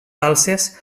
falses